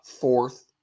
fourth